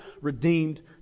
redeemed